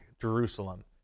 Jerusalem